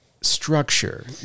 structure